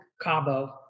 Cabo